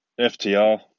FTR